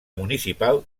municipal